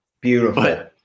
Beautiful